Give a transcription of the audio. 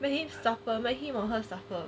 make him suffer him or her suffer